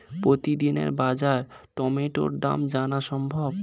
প্রতিদিনের বাজার টমেটোর দাম জানা সম্ভব?